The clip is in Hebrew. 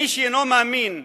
מי שאינו מאמין בנביאים,